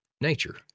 nature